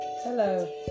Hello